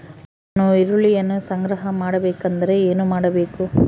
ನಾನು ಈರುಳ್ಳಿಯನ್ನು ಸಂಗ್ರಹ ಮಾಡಬೇಕೆಂದರೆ ಏನು ಮಾಡಬೇಕು?